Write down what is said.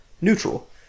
neutral